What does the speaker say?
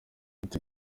ati